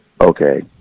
Okay